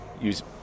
use